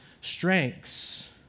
strengths